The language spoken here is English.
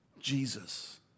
Jesus